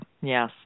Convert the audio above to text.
yes